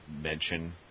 mention